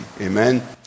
Amen